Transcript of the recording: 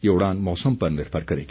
ये उड़ान मौसम पर निर्भर करेगी